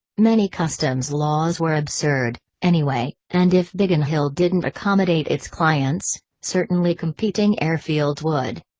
many customs laws were absurd, anyway, and if biggin hill didn't accommodate its clients, certainly competing airfields would.